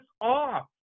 off